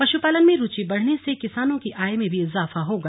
पशुपालन में रुचि बढ़ने से किसानों की आय में भी इजाफा होगा